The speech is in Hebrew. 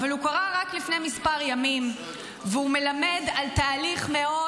אבל הוא קרה רק לפני מספר ימים והוא מלמד על תהליך מאוד